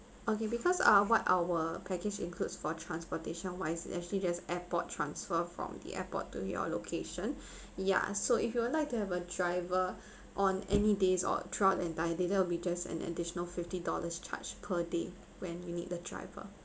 okay because uh what our package includes for transportation wise actually there's airport transfer from the airport to your location ya so if you would like to have a driver on any days or throughout the entire day there'll be just an additional fifty dollars charge per day when you need the driver